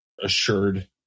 assured